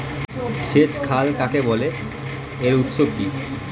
সেচ খাল কাকে বলে এর উৎস কি?